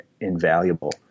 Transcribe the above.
invaluable